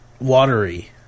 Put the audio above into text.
watery